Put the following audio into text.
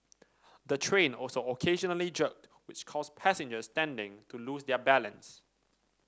the train also occasionally jerked which caused passengers standing to lose their balance